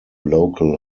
local